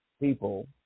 people